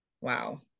wow